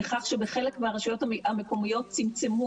בכך שבחלק מהרשויות המקומיות צמצמו,